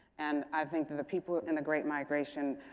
and i think the the people in the great migration,